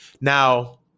Now